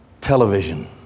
television